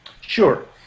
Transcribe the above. Sure